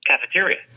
cafeteria